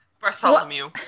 Bartholomew